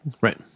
Right